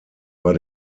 war